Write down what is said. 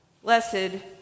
Blessed